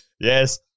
Yes